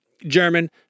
german